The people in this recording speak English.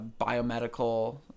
biomedical